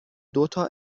دوتا